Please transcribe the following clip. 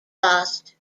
lost